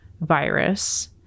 virus